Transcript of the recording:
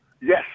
Yes